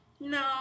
no